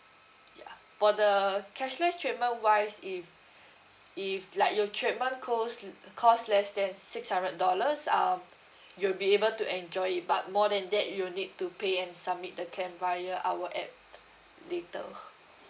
ya for the cashless treatment wise if if like your treatment cost l~ cost less than six hundred dollars um you'll be able to enjoy it but more than that you'll need to pay and submit the claim via our app later